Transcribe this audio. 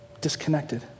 disconnected